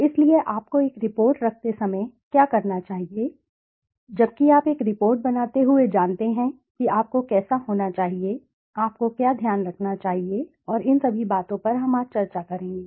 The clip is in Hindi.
इसलिए आपको एक रिपोर्ट रखते समय क्या करना चाहिए जबकि आप एक रिपोर्ट बनाते हुए जानते हैं कि आपको कैसा होना चाहिए आपको क्या ध्यान रखना चाहिए और इन सभी बातों पर हम आज चर्चा करेंगे